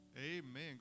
Amen